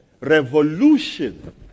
revolution